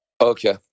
Okay